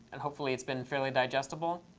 and hopefully it's been fairly digestible.